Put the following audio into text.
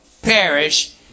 perish